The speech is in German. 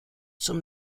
zum